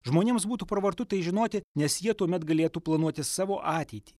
žmonėms būtų pravartu tai žinoti nes jie tuomet galėtų planuoti savo ateitį